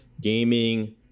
Gaming